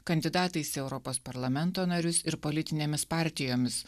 kandidatais į europos parlamento narius ir politinėmis partijomis